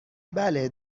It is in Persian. بله